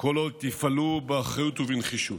כל עוד תפעלו באחריות ובנחישות.